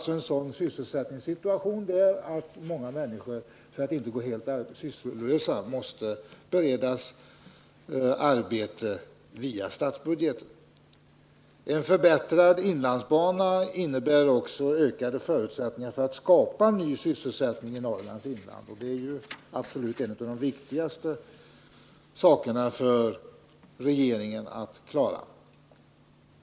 Sysselsättningssituationen i området är ju sådan att många människor för att inte gå helt sysslolösa måste beredas arbete via statsbudgeten. Förbättrad inlandsbana innebär också ökade förutsättningar för att skapa ny sysselsättning i Norrlands inland, och det är absolut en av de viktigaste uppgifterna för regeringen att klara.